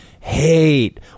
Hate